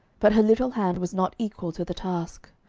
but her little hand was not equal to the task.